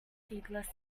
seedless